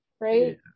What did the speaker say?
right